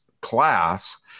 class